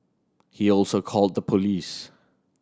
he also called the police